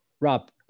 Rob